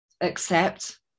accept